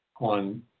on